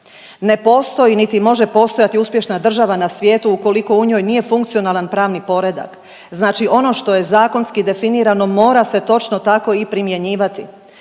Ne postoji niti može postojati uspješna država na svijetu ukoliko u njoj nije funkcionalan pravni poredak. Znači ono što je zakonski definirano mora se točno tako i primjenjivati.